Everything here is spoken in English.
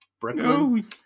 Brooklyn